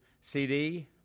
CD